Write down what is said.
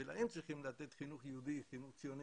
ולהם צריכים לתת חינוך יהודי, חינוך ציוני,